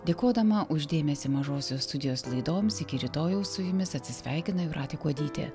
dėkodama už dėmesį mažosios studijos laidoms iki rytojaus su jumis atsisveikina jūratė kuodytė